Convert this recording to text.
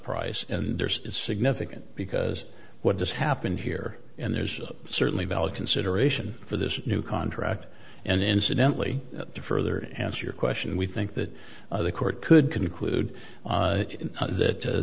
price and there's it's significant because what has happened here and there is certainly valid consideration for this new contract and incidentally to further answer your question we think that the court could conclude that